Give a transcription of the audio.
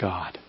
God